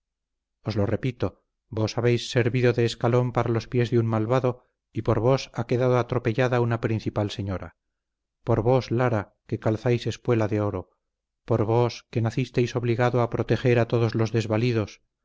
os lo repito vos habéis servido de escalón para los pies de un malvado y por vos ha quedado atropellada una principal señora por vos lara que calzáis espuela de oro por vos que nacisteis obligado a proteger a todos los desvalidos